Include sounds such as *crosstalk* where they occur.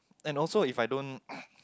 and also if I don't *noise*